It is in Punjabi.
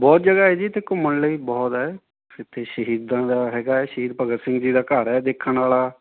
ਬਹੁਤ ਜਗ੍ਹਾ ਹੈ ਜੀ ਇੱਥੇ ਘੁੰਮਣ ਲਈ ਬਹੁਤ ਹੈ ਇੱਥੇ ਸ਼ਹੀਦਾਂ ਦਾ ਹੈਗਾ ਹੈ ਸ਼ਹੀਦ ਭਗਤ ਸਿੰਘ ਜੀ ਦਾ ਘਰ ਹੈ ਦੇਖਣ ਆਲਾ